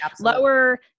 lower